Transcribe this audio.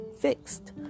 fixed